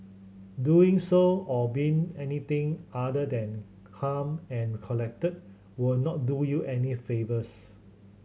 doing so or being anything other than calm and collected will not do you any favours